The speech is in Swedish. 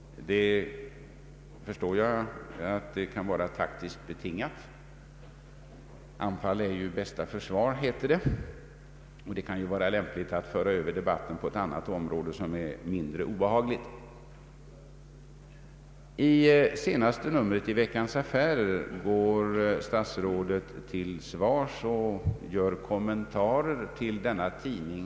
Jag förstår att det kan vara taktiskt betingat, anfall är bästa försvar heter det, och det kan vara lämpligt att föra över debatten till ett annat område som är mindre obehagligt. I senaste numret av Veckans Affärer går statsrådet i svaromål och kommenterar tidningens intervjuer.